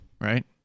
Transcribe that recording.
right